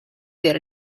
per